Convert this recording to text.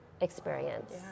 experience